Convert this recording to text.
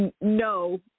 No